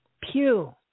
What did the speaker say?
Pew